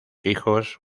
hijos